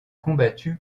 combattu